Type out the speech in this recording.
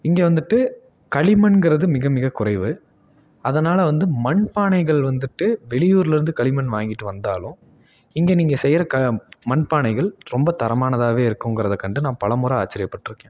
இங்கே வந்துட்டு களிமண்ங்கிறது மிக மிக குறைவு அதனால் வந்து மண் பானைகள் வந்துட்டு வெளி ஊர்லேருந்து களிமண் வாங்கிட்டு வந்தாலும் இங்கே நீங்கள் செய்கிற க மண்பானைகள் ரொம்ப தரமானதாக இருக்கிங்கறத கண்டு நான் பல முறை ஆச்சிரியப்பட்ருக்கேன்